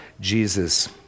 Jesus